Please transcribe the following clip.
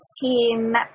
team